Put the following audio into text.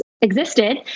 existed